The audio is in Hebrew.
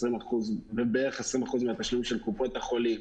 ובערך 20% מהשלומים של קופות החולים,